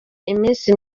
iminsi